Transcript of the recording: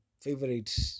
favorite